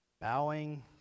Bowing